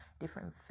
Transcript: different